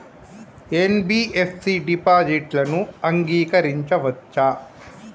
NBFC డిపాజిట్లను అంగీకరించవచ్చా?